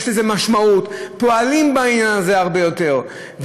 יש לזה משמעות: פועלים בעניין הזה הרבה יותר,